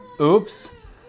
Oops